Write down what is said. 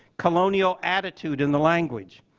colonial attitude in the language.